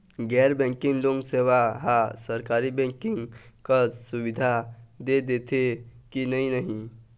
गैर banking loan सेवा हा सरकारी बैंकिंग कस सुविधा दे देथे कि नई नहीं?